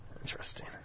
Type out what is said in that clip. Interesting